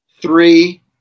three